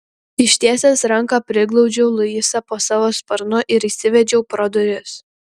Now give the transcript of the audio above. ištiesęs ranką priglaudžiau luisą po savo sparnu ir įsivedžiau pro duris